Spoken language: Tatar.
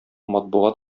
матбугат